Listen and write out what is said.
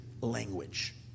language